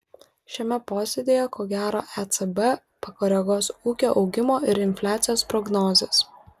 šiame posėdyje ko gero ecb pakoreguos ūkio augimo ir infliacijos prognozes